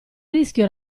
rischio